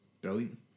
brilliant